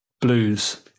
Blues